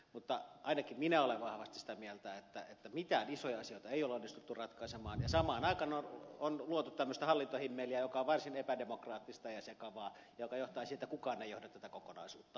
mutta ainakin minä olen vahvasti sitä mieltä että mitään isoja asioita ei ole onnistuttu ratkaisemaan ja samaan aikaan on luotu tämmöistä hallintohimmeliä joka on varsin epädemokraattista ja sekavaa ja joka johtaa siihen että kukaan ei johda tätä kokonaisuutta